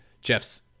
jeff's